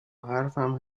حرفم